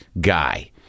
guy